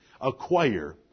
acquire